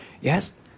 Yes